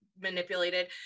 manipulated